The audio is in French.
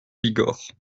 bigorre